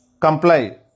comply